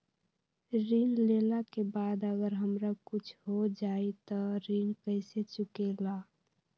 ऋण लेला के बाद अगर हमरा कुछ हो जाइ त ऋण कैसे चुकेला?